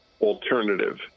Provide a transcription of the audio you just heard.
alternative